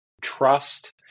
trust